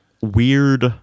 weird